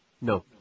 No